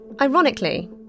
Ironically